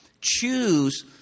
choose